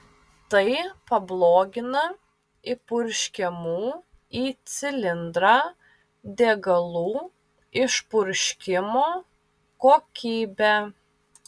tai pablogina įpurškiamų į cilindrą degalų išpurškimo kokybę